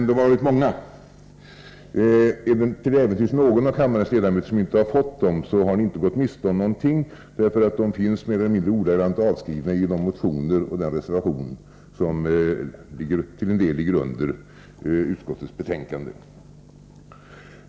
De har varit många, men är det till äventyrs någon av kammarens ledamöter som inte har fått dem, så har ni inte gått miste om någonting, för de finns mer eller mindre ordagrant avskrivna i de motioner som till en del ligger under utskottets betänkande och likaså i reservationen.